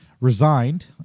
resigned